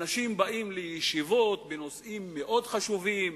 אנשים שבאים לישיבות בנושאים מאוד חשובים,